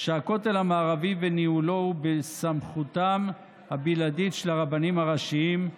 שהכותל המערבי וניהולו הוא בסמכותם הבלעדית של הרבנים הראשיים,